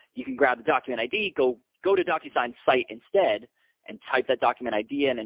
you can grab the document id, go go to docusign's site instead and type that document id, and and